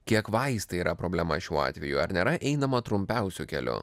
kiek vaistai yra problema šiuo atveju ar nėra einama trumpiausiu keliu